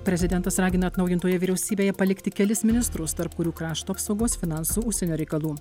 prezidentas ragina atnaujintoje vyriausybėje palikti kelis ministrus tarp kurių krašto apsaugos finansų užsienio reikalų